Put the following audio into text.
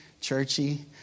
churchy